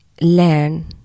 learn